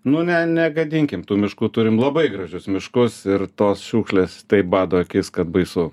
nu ne negadinkim tų miškų turim labai gražius miškus ir tos šiukšlės taip bado akis kad baisu